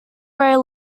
gray